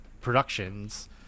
productions